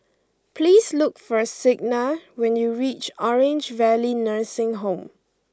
please look for Signa when you reach Orange Valley Nursing Home